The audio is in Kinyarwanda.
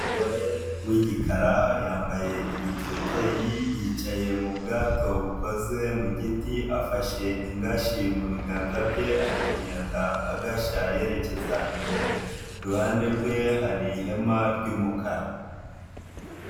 Umugore w'igikara, yambaye igiteteyi, yicaye mu bwato bukozwe mu giti, afashe ingashyi mu biganza bye, ari kugenda agashya yerekeza imbere, iruhande rwe hari ihema ry'umukara.